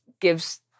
gives